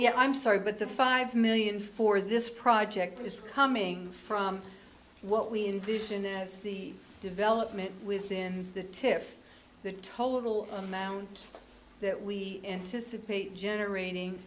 yeah i'm sorry but the five million for this project is coming from what we envision as the development within the tiff the total amount that we anticipate generating